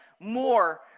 more